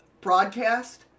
broadcast